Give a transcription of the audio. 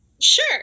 Sure